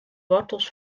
wortels